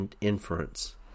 inference